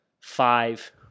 five